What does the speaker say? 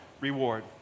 reward